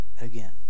again